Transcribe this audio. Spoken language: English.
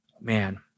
man